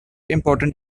important